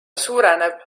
suureneb